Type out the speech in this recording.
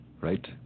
Right